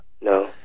no